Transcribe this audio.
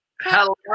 Hello